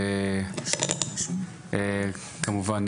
כמובן,